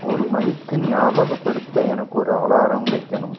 ஒரு மணிக்கு ஞாபகப்படுத்த எனக்கு ஒரு அலாரம் வைக்கணும்